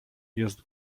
jest